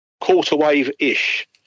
quarter-wave-ish